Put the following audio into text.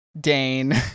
Dane